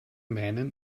meinen